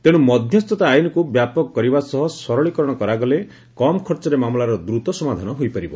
ତେଶୁ ମଧ୍ଧସ୍ଘତା ଆଇନ୍କୁ ବ୍ୟାପକ କରିବା ସହ ସରଳୀକରଣ କରାଗଲେ କମ୍ ଖର୍ଚ୍ଚରେ ମାମଲାର ଦ୍ରତ ସମାଧାନ ହୋଇପାରିବ